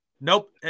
Nope